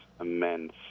immense